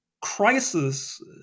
crisis